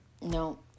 no